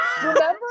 Remember